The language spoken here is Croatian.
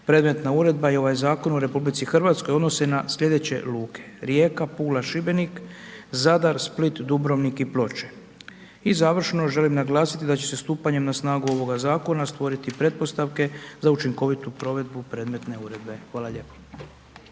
predmetna uredba i ovaj zakon u RH odnose na sljedeće luke, Rijeka, Pula, Šibenik, Zadar, Split, Dubrovnik i Ploče. I završno, želim naglasiti, da će se stupanjem na snagu ovoga zakona, stvoriti pretpostavke za učinkovitu provedbu predmetne uredbe. Hvala lijepo.